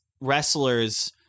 wrestlers